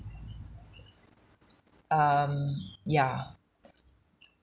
um ya